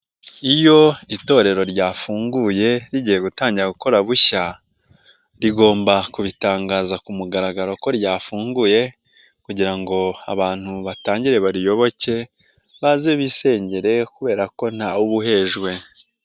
Iyo itorero ryafunguye rigiye gutangira gukora bushya, rigomba kubitangaza ku mugaragaro ko ryafunguye kugira ngo abantu batangire bariyoboke, baze bisengere kubera ko ntawe uba uhejwe.